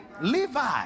Levi